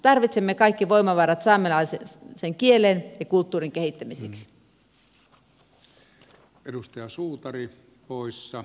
tarvitsemme kaikki voimavarat saamelaisen kielen ja kulttuurin kehittämiseksi